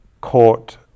court